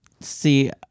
see